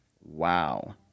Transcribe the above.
wow